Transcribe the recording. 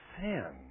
sin